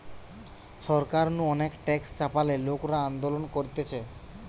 সরকার নু অনেক ট্যাক্স চাপালে লোকরা আন্দোলন করতিছে